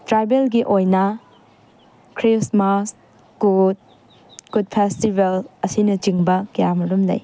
ꯇ꯭ꯔꯥꯏꯕꯦꯜꯒꯤ ꯑꯣꯏꯅ Christmas Kut Kut festival ꯑꯁꯤꯅꯆꯤꯡꯕ ꯀꯌꯥ ꯃꯔꯨꯝ ꯂꯩ